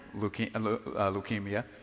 leukemia